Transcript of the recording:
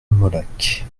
molac